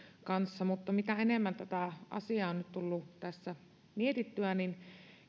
kanssa mutta mitä enemmän tätä asiaa on nyt tullut tässä mietittyä niin